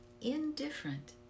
indifferent